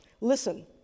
Listen